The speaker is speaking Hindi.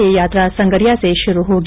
ये यात्रा संगरिया से शुरू होगी